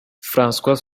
françois